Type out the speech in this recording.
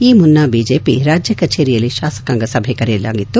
ಈ ಮುನ್ನ ಬಿಜೆಪಿ ರಾಜ್ಯ ಕಜೇರಿಯಲ್ಲಿ ಶಾಸಕಾಂಗ ಸಭೆ ಕರೆಯಲಾಗಿತ್ತು